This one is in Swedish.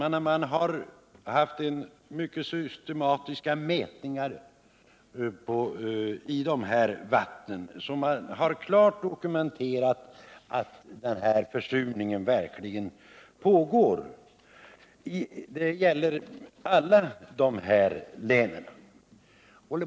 Man har gjort mycket systematiska mätningar i vattnen och har klart dokumenterat att försurningen verkligen pågår. Det gäller alla fyra länen.